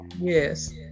yes